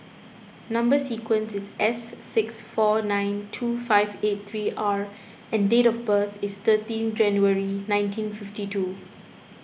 Number Sequence is S six four nine two five eight three R and date of birth is thirteen January nineteen fifty two